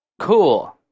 Cool